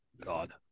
God